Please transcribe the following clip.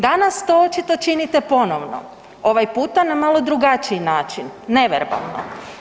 Danas to očito činite ponovno, ovaj puta na malo drugačiji način, neverbalno.